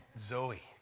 Zoe